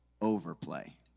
overplay